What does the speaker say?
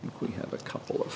we have a couple of